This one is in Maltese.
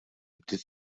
bdiet